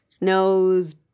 nose